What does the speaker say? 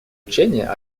учения